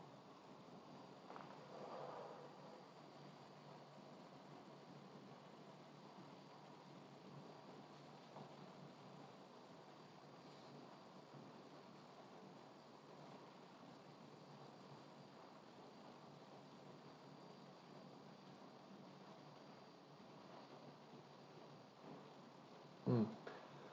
mm